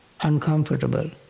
uncomfortable